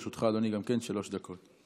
גם לרשותך, אדוני, שלוש דקות.